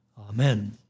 Amen